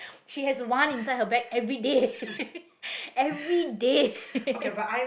she has one inside her bag everyday everyday